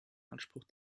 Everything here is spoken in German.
anspruch